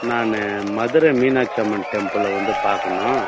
நான் மதுரை மீனாட்சி அம்மன் டெம்புளை வந்து பார்க்கணும்